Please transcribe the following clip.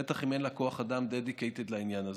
בטח אם אין לה כוח אדם שהוא dedicated לעניין הזה.